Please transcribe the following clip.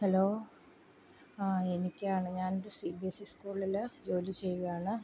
hello ആ എനിക്കാണ് ഞാനൊരു സി ബി എസ് സി ജോലി ചെയ്യുകയാണ്